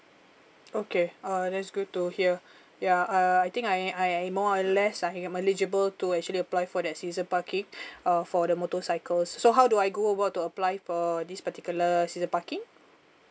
okay uh that's good to hear ya uh I think I I I more or less I'm eligible to actually apply for that season parking uh for the motorcycle so how do I go about to apply for this particular season parking